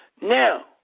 Now